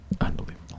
Unbelievable